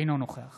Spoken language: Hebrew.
אינו נוכח